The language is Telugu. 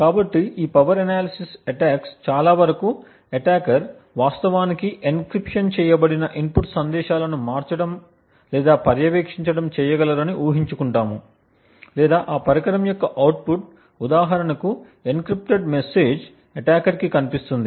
కాబట్టి ఈ పవర్ అనాలిసిస్ అటాక్స్ చాలావరకు అటాకర్ వాస్తవానికి ఎన్క్రిప్షన్ చేయబడిన ఇన్పుట్ సందేశాలను మార్చటం లేదా పర్యవేక్షించటం చేయగలరని ఊహించుకుంటాయి లేదా ఆ పరికరం యొక్క అవుట్పుట్ ఉదాహరణకు ఎన్క్రిప్టెడ్ మెసేజెస్ అటాకర్ కి కనిపిస్తాయి